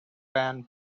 pan